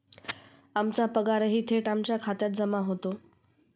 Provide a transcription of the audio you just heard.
आमचा पगारही थेट आमच्या खात्यात जमा होतो